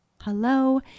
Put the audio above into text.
Hello